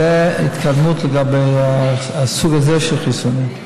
זו התקדמות לגבי הסוג הזה של החיסונים.